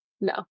No